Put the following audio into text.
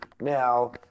now